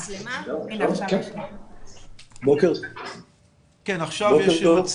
למעשה כבר ב-2015 אנחנו זיהינו את הנושא הזה של